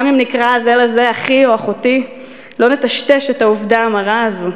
גם אם נקרא זה לזה "אחי" או "אחותי" לא נטשטש את העובדה המרה הזו,